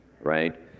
right